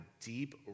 deep